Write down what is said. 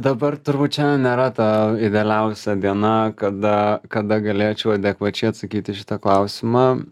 dabar turbūt šiandien nėra ta idealiausia diena kada kada galėčiau adekvačiai atsakyt į šitą klausimą